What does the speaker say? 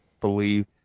believe